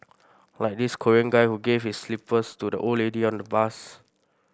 like this Korean guy who gave his slippers to the old lady on the bus